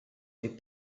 est